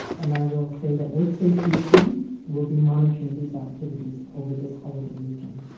and i will say that worksafe bc will be monitoring these activities over this holiday weekend.